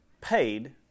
paid